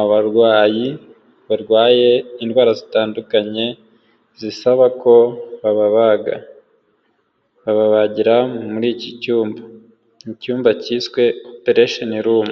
abarwayi barwaye indwara zitandukanye zisaba ko babaga bababagira muri iki cyumba icyumba cyiswe operetion room.